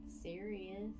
serious